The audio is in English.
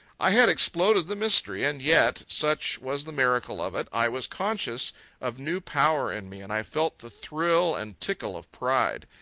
i had exploded the mystery, and yet, such was the miracle of it, i was conscious of new power in me, and i felt the thrill and tickle of pride.